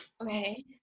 Okay